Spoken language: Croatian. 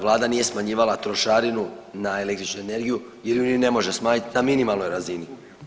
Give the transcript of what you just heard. Vlada nije smanjivala trošarinu na električnu energiju, jer ju ni ne može smanjiti na minimalnoj razini.